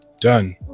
Done